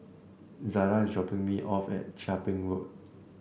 Zada is dropping me off at Chia Ping Road